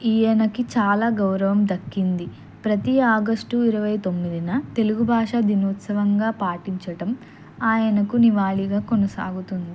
ఈయనకి చాలా గౌరవం దక్కింది ప్రతి ఆగస్టు ఇరవై తొమ్మిదిన తెలుగు భాష దినోత్సవంగా పాటించటం ఆయనకు నివాళిగా కొనసాగుతుంది